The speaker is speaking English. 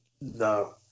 No